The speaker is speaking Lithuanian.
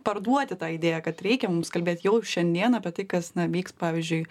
parduoti tą idėją kad reikia mums kalbėt jau šiandien apie tai kas na vyks pavyzdžiui